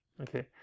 Okay